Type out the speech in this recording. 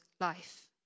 life